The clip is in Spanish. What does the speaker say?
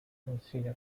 sencilla